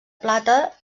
plata